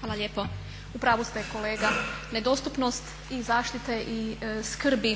Hvala lijepo. U pravu ste kolega, nedostupnost i zaštite i skrbi